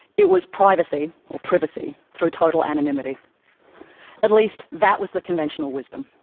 it was privacy privacy through total anonymity at least that was the conventional wisdom.